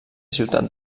ciutat